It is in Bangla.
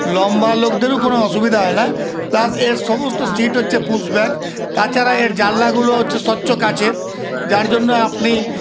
লম্বা লোকদেরও কোনো অসুবিধা হয় না প্লাস এর সমস্ত সীট হচ্ছে পুশ ব্যাক তাছাড়া এর জানলাগুলো হচ্ছে স্বচ্ছ কাঁচের যার জন্য আপনি